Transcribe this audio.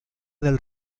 del